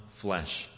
flesh